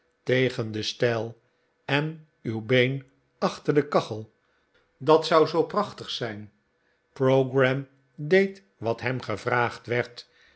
tegen dien stijl en uw eene been achter de kachel dat zou zoo prachtig zijn pogram deed wat hem gevraagd werd